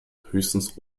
höchstens